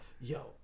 yo